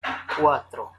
cuatro